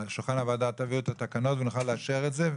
לשולחן הוועדה תביאו את התקנות ונוכל לאשר את זה?